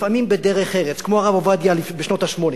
לפעמים בדרך ארץ, כמו הרב עובדיה בשנות ה-80.